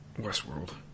Westworld